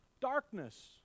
darkness